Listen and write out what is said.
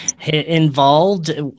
involved